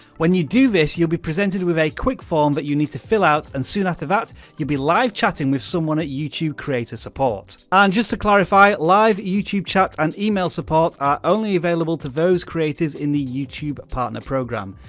when you do this, you'll be presented with a quick form that you need to fill out and soon after that be live-chatting with someone at youtube creator support. and just to clarify, live youtube chat and email support are only available to those creators in the youtube partner program.